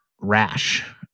rash